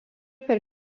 per